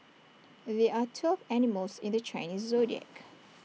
there are twelve animals in the Chinese Zodiac